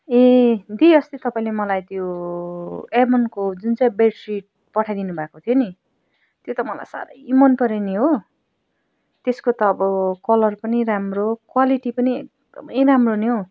ए दी अस्ति तपाईँले मलाई त्यो एभनको जुन चाहिँ बेडसिट पठाइदिनु भएको थियो नि त्यो त मलाई साह्रै मनपऱ्यो नि हो त्यसको त अब कलर पनि राम्रो क्वालिटी पनि एकदमै राम्रो नि हो